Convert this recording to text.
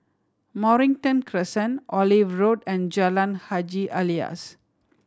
Mornington Crescent Olive Road and Jalan Haji Alias